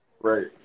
Right